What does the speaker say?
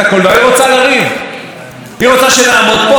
להראות איך היא הכניסה לקפוצי התחת האלה,